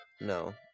No